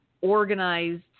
organized